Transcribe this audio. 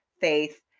faith